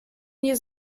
nie